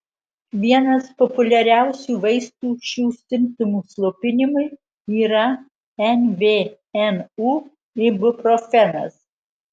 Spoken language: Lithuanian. vienas populiariausių vaistų šių simptomų slopinimui yra nvnu ibuprofenas